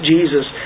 Jesus